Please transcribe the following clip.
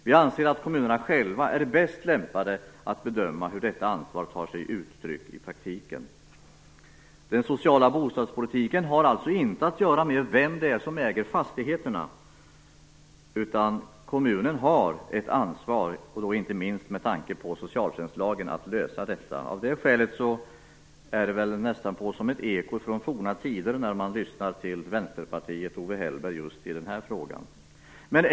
Vi anser att kommunerna själva är bäst lämpade att bedöma hur detta ansvar tar sig uttryck i praktiken. Den sociala bostadspolitiken har alltså inte att göra med vem som äger fastigheterna. Kommunen har ett ansvar att lösa bostadsproblemen, inte minst med tanke på socialtjänstlagen. Av det skälet är det nästan som att höra ett eko från forna tider att lyssna till Vänsterpartiet och Owe Hellberg just i den här frågan.